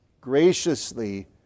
graciously